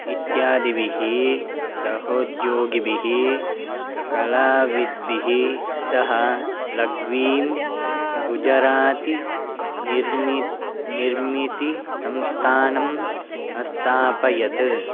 इत्यादिभिः सहोद्योग्भिः कलाविद्भिः सह लघ्वीं गुजरातीनिर्मि निर्मितिसंस्थानम् अस्थापयत्